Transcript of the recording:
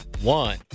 one